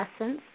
essence